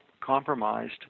compromised